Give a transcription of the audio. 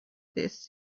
this